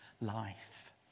life